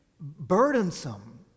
burdensome